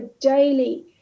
daily